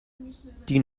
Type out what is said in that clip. die